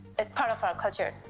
it's part of our culture.